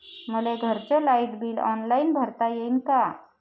मले घरचं light bill online भरता येईन का?